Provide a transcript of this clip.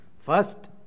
First